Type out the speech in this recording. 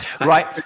right